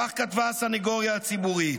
כך כתבה הסניגוריה הציבורית.